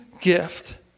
gift